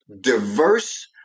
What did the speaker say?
diverse